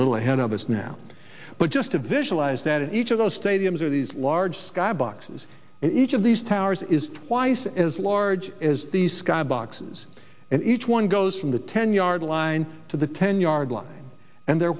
little ahead of us now but just to visualize that each of those stadiums are these large sky boxes and each of these towers is twice as large as the sky boxes and each one goes from the ten yard line to the ten yard line and they